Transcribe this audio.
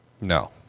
No